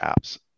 apps